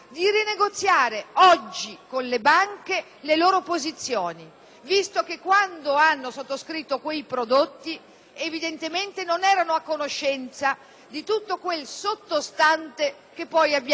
visto che quando hanno sottoscritto quei prodotti evidentemente non erano a conoscenza di tutto quel sottostante che poi abbiamo tristemente scoperto.